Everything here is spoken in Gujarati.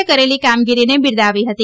એ કરેલી કામગીરીને બિરદાવી હતી